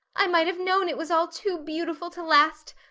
i might have known it was all too beautiful to last.